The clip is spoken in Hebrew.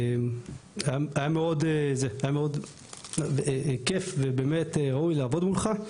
היה מאוד כיף ובאמת ראוי לעבוד מולך.